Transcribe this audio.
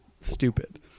Stupid